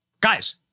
guys